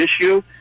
issue